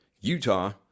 Utah